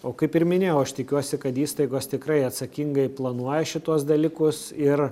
o kaip ir minėjau aš tikiuosi kad įstaigos tikrai atsakingai planuoja šituos dalykus ir